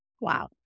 Wow